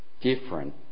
different